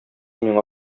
миңа